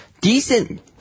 Decent